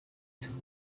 cette